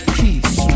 peace